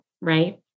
right